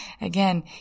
again